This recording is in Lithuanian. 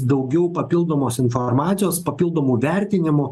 daugiau papildomos informacijos papildomų vertinimų